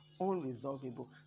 unresolvable